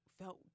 felt